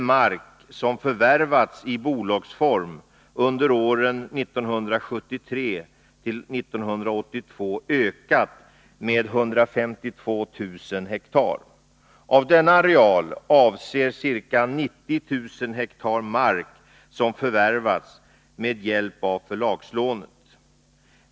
mark som förvärvats i bolagsform under åren 1973-1982 ökat med 152 000 ha. Av denna areal avser ca 90000 ha mark som förvärvats med hjälp av förlagslånet.